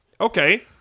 Okay